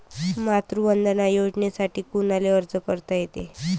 मातृवंदना योजनेसाठी कोनाले अर्ज करता येते?